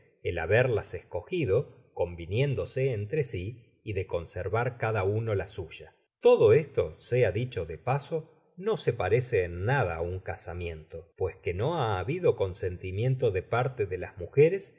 el haberlas escogido conviniéndose entre si y de conservar cada uno la suya todo esto sea dicho de paso lio se pareee en nada á un casamiento pues que no ha habido consentimiento de parte de las mujeres